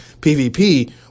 PvP